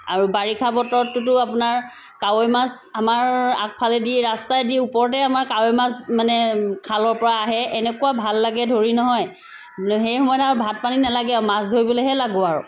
আৰু বাৰিষা বতৰতটোতো আপোনাৰ কাৱৈ মাছ আমাৰ আগফালেদি ৰাস্তাদি ওপৰতে আমাৰ কাৱৈ মাছ মানে খালৰ পৰা আহে এনেকুৱা ভাল লাগে ধৰি নহয় সেই সময়ত আৰু ভাত পানী নালাগে আৰু মাছ ধৰিবলৈহে লাগো আৰু